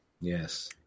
Yes